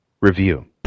review